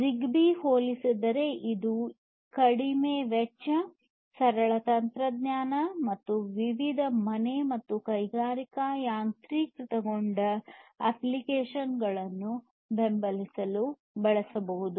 ಜಿಗ್ಬೀಗೆ ಹೋಲಿಸಿದರೆ ಇದು ಕಡಿಮೆ ವೆಚ್ಚ ಸರಳ ತಂತ್ರಜ್ಞಾನ ಮತ್ತು ವಿವಿಧ ಮನೆ ಮತ್ತು ಕೈಗಾರಿಕಾ ಯಾಂತ್ರೀಕೃತಗೊಂಡ ಅಪ್ಲಿಕೇಶನ್ಗಳನ್ನು ಬೆಂಬಲಿಸಲು ಬಳಸಬಹುದು